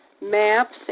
maps